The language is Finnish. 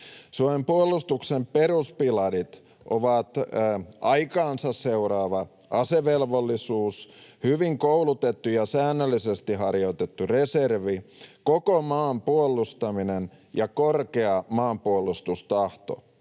Suomen puolustuksen peruspilarit ovat aikaansa seuraava asevelvollisuus, hyvin koulutettu ja säännöllisesti harjoitettu reservi, koko maan puolustaminen ja korkea maanpuolustustahto.